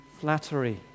flattery